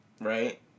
Right